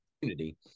community